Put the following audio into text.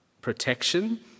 protection